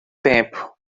tempo